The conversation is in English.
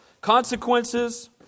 consequences